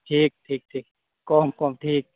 ᱴᱷᱤᱠ ᱴᱷᱤᱠ ᱴᱷᱤᱠ ᱠᱚᱢ ᱠᱚᱢ ᱴᱷᱤᱠ